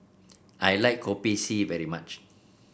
I like Kopi C very much